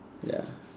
ya